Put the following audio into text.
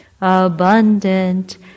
abundant